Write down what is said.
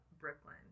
Brooklyn